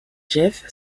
jeff